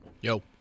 Yo